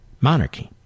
Monarchy